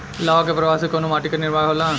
लावा क प्रवाह से कउना माटी क निर्माण होला?